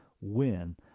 win